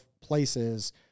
places